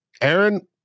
Aaron